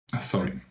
sorry